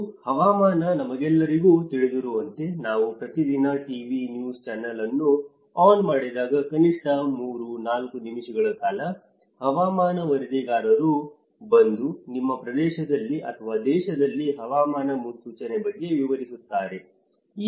ಮತ್ತು ಹವಾಮಾನ ನಮಗೆಲ್ಲರಿಗೂ ತಿಳಿದಿರುವಂತೆ ನಾವು ಪ್ರತಿದಿನ ಟಿವಿ ನ್ಯೂಸ್ ಚಾನೆಲ್ಗಳನ್ನು ಆನ್ ಮಾಡಿದಾಗ ಕನಿಷ್ಠ 3 4 ನಿಮಿಷಗಳ ಕಾಲ ಹವಾಮಾನ ವರದಿಗಾರರು ಬಂದು ನಿಮ್ಮ ಪ್ರದೇಶದಲ್ಲಿ ಅಥವಾ ದೇಶದಲ್ಲಿ ಹವಾಮಾನ ಮುನ್ಸೂಚನೆ ಬಗ್ಗೆ ವಿವರಿಸುತ್ತಾರೆ